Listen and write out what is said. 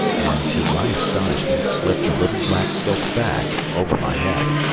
and, to my astonishment, slipped a little black silk bag over my head.